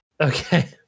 Okay